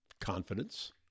Confidence